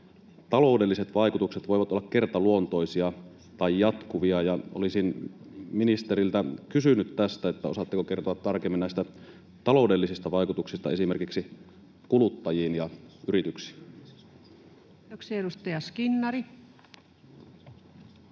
taloudelliset vaikutukset voivat olla kertaluontoisia tai jatkuvia. Olisin ministeriltä kysynyt tästä: osaatteko kertoa tarkemmin näistä taloudellisista vaikutuksista esimerkiksi kuluttajiin ja yrityksiin? [Speech 10] Speaker: